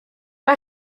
mae